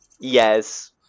Yes